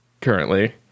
currently